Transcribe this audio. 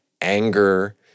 anger